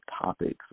topics